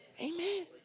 Amen